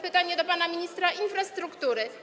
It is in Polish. Pytanie do pana ministra infrastruktury.